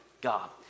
God